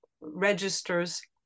registers